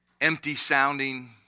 empty-sounding